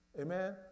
Amen